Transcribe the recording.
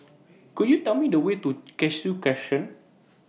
Could YOU Tell Me The Way to Cashew Crescent